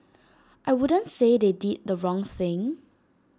I wouldn't say they did the wrong thing